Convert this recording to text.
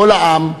כל העם,